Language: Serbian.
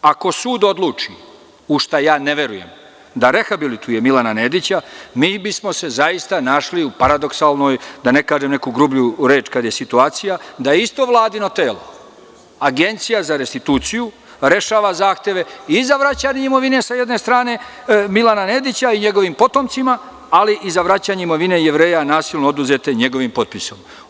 Ako sud odluči, u šta ja ne verujem, da rehabilituje Milana Nedića, mi bismo se zaista našli u paradoksalnoj, da ne kažem neku grublju reč, kada je situacija, da isto Vladino telo – Agencija za restituciju rešava zahteve i za vraćanje imovine s jedne strane Milana Nedića i njegovim potomcima, ali i za vraćanje imovine Jevreja nasilno oduzete njegovim potpisom.